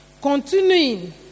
continuing